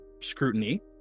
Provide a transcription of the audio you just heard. scrutiny